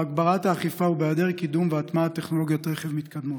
בהגברת האכיפה ובהיעדר קידום והטמעת טכנולוגיות רכב מתקדמות.